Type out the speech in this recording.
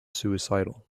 suicidal